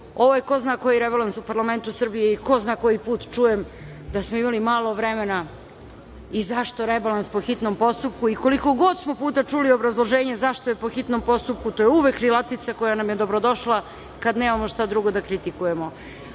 je ko zna koji rebalans u parlamentu Srbije i ko zna koji put čujem da smo imali malo vremena i zašto rebalans po hitnom postupku. Koliko god smo puta čuli obrazloženje zašto je po hitnom postupku to je uvek krilatica koja nam je dobrodošla kada nemamo šta drugo da kritikujemo.